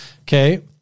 Okay